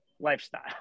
Lifestyle